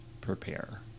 prepare